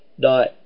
Dot